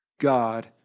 God